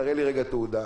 תראה לי תעודה בבקשה.